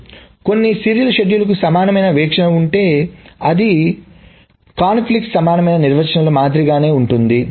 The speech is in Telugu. కాబట్టి కొన్ని సీరియల్ షెడ్యూల్కు సమానమైన వీక్షణ ఉంటే అది సంఘర్షణ సమానమైన నిర్వచనాల మాదిరిగానే ఉంటుంది